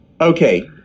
Okay